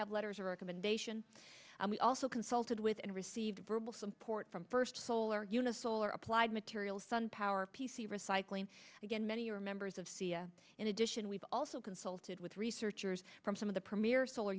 have letters of recommendation and we also consulted with and received verbal support from first solar units solar applied materials sun power p c recycling again many are members of cea in addition we've also consulted with researchers from some of the premier solar